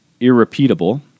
irrepeatable